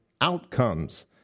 outcomes